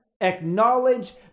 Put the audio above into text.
acknowledge